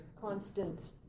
constant